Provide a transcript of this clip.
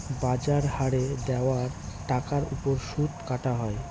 বাজার হারে দেওয়া টাকার ওপর সুদ কাটা হয়